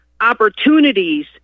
opportunities